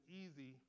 easy